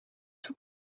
tout